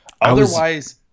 Otherwise